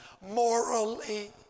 morally